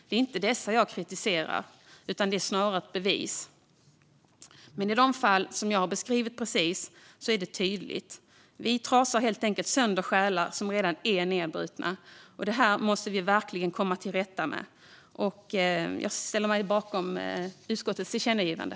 Det är inte dessa jag kritiserar. Det är snarare ett bevis. Men i de fall som jag precis har beskrivit är det tydligt. Vi trasar helt enkelt sönder själar som redan är nedbrutna. Det måste vi verkligen komma till rätta med. Jag ställer mig bakom utskottets tillkännagivande.